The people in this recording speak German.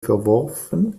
verworfen